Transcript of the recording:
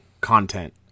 content